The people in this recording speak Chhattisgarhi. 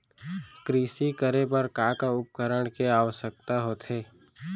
कृषि करे बर का का उपकरण के आवश्यकता होथे?